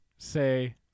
say